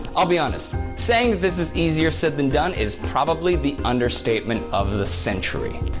i'll be honest, saying this is easier said than done is probably the understatement of the century,